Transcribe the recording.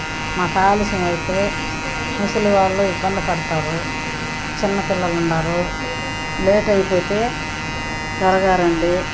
మాకు అలస్యమయితే ముసలి వాళ్ళు ఇబ్బంది పడతారు చిన్నపిల్లలు ఉన్నారు లేట్ అయిపోతే త్వరగా రండి